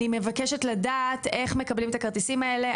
אני מבקשת לדעת איך מקבלים את הכרטיסים האלה,